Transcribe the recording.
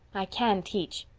i can teach.